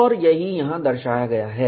1520 और यही यहां दर्शाया गया है